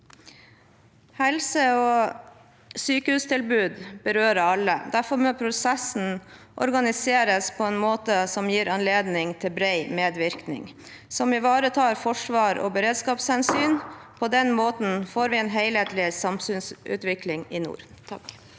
Helse- og sykehustilbud berører alle. Derfor må prosessen organiseres på en måte som gir anledning til bred medvirkning, og som ivaretar forsvars- og beredskapshensyn. På den måten får vi en helhetlig samfunnsutvikling i nord.